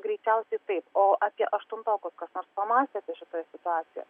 greičiausiai taip o apie aštuntokus kas nors pamąstė apie šitą situaciją